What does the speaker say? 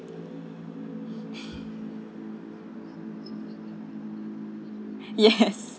yes